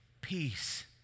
peace